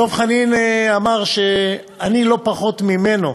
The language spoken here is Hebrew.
דב חנין אמר שאני לא פחות ממנו